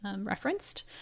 referenced